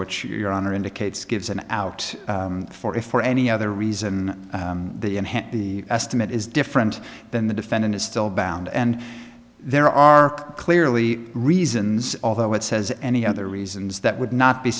which your honor indicates gives an out for if for any other reason the estimate is different than the defendant is still bound and there are clearly reasons although it says any other reasons that would not be